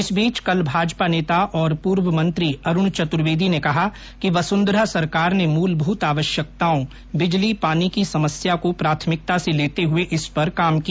इस बीच कल भाजपा नेता और पूर्व मंत्री अरूण चतुर्वेदी ने कहा है कि वसुंधरा सरकार ने मूलभूत आवश्यकताओं बिजली पानी की समस्या को प्राथमिकता से लेते हुए इस पर काम किया